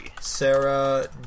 Sarah